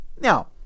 Now